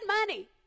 money